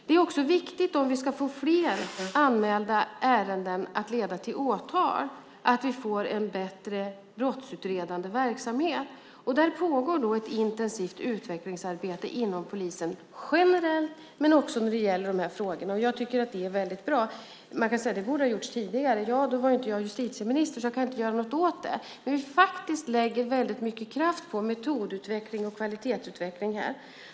Det är också viktigt att vi får en bättre brottsutredande verksamhet om vi ska få fler anmälda ärenden att leda till åtal. Där pågår ett intensivt utvecklingsarbete inom polisen generellt och när det gäller dessa frågor. Det är mycket bra. Man kan säga att det borde ha gjorts tidigare, men då var jag inte justitieminister, så det kan jag inte göra något åt. Men vi lägger mycket kraft på metod och kvalitetsutveckling här.